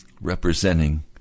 representing